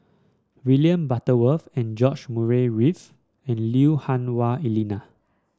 William Butterworth George Murray Reith and Lui Hah Wah Elena